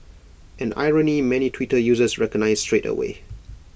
an irony many Twitter users recognised straight away